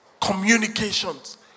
communications